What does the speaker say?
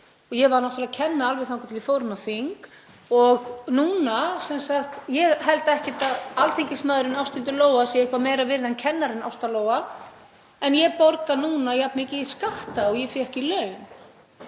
— ég var náttúrlega að kenna alveg þangað til ég fór inn á þing. Ég held ekkert að alþingismaðurinn Ásthildur Lóa sé eitthvað meira virði en kennarinn Ásta Lóa. En ég borga núna jafn mikið í skatta og ég fékk í laun.